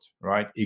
right